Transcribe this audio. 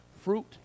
Fruit